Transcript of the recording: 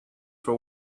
for